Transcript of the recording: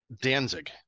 Danzig